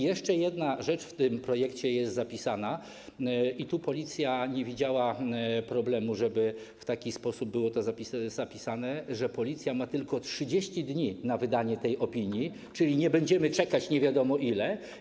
Jeszcze jedna rzecz w tym projekcie jest zapisana - i tu Policja nie widziała problemu - żeby w taki sposób było to zapisane, że Policja będzie miała tylko 30 dni na wydanie tej opinii, czyli nie będziemy czekać nie wiadomo ile.